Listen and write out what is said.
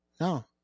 No